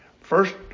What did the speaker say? first